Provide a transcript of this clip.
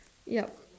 yup